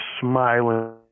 smiling